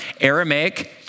Aramaic